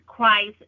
Christ